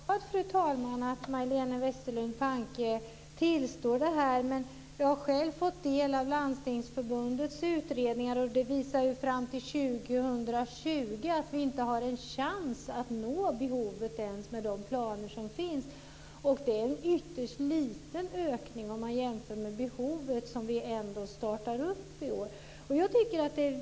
Fru talman! Jag är glad att Majléne Westerlund Panke tillstår detta. Men jag har själv fått del av Landstingsförbundets utredningar och de visar fram till år 2020 att vi inte har en chans att uppfylla behovet ens med de planer som finns. Det är en ytterst liten ökning som vi får i år om man jämför med behovet.